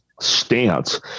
stance